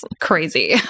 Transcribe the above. crazy